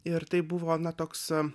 ir tai buvo na toks